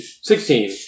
Sixteen